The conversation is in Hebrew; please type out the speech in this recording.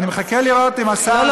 אני מחכה לראות אם השר ליצמן יכול לעלות.